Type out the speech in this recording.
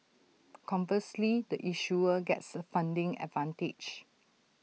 conversely the issuer gets A funding advantage